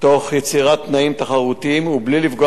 תוך יצירת תנאים תחרותיים ובלי לפגוע